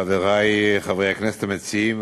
חברי חברי הכנסת המציעים,